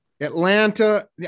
Atlanta